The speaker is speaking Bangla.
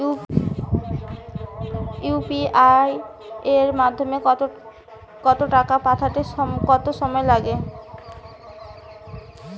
ইউ.পি.আই এর মাধ্যমে টাকা পাঠাতে কত সময় লাগে?